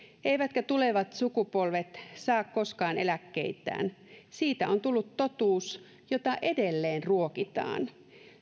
eivätkä tulevat sukupolvet saa koskaan eläkkeitään siitä on tullut totuus jota edelleen ruokitaan